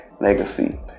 legacy